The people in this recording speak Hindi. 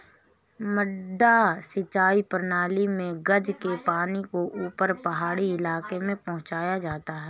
मडडा सिंचाई प्रणाली मे गज के पानी को ऊपर पहाड़ी इलाके में पहुंचाया जाता है